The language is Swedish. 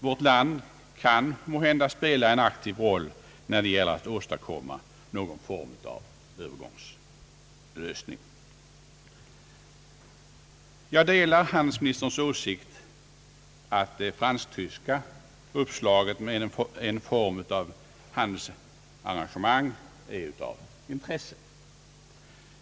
Vårt land kan måhända spela en aktiv roll när det gäller att åstadkomma någon form av Öövergångslösning. Jag delar handelsministerns åsikt att det franska uppslaget med en form av handelsarrangemang är av intresse.